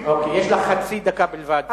יש לך חצי דקה בלבד, בבקשה.